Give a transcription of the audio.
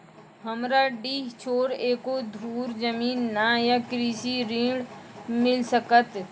हमरा डीह छोर एको धुर जमीन न या कृषि ऋण मिल सकत?